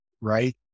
right